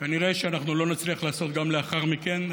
כנראה אנחנו לא נצליח לעשות גם לאחר מכן.